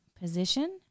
position